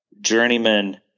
journeyman